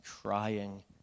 crying